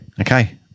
Okay